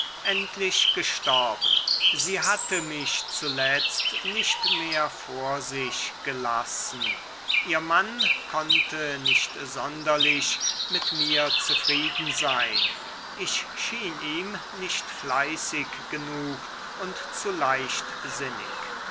endlich gestorben sie hatte mich zuletzt nicht mehr vor sich gelassen ihr mann konnte nicht sonderlich mit mir zufrieden sein ich schien ihm nicht fleißig genug und zu